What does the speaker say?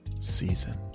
season